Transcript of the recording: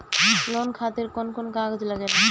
Loan खातिर कौन कागज लागेला?